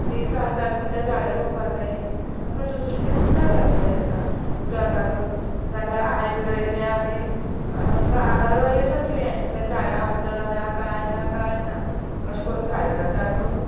तिळसांज जालू म्हणटरेर ते झाडां रोवपा जायी आनी मागीर दुसरे दीस उदक घालूं जाय तेका उदक घालून नाल्या आयज रयलें आनी गा रोयलां तुंवें तें झाडां उद ना कांय ना कांय ना अशें करून झाडां जाताक